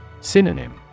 Synonym